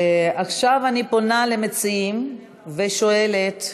עכשיו אני פונה למציעים ושואלת,